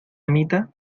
amita